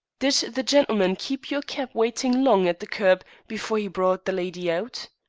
did the gentleman keep your cab waiting long at the kerb before he brought the lady out?